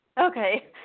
Okay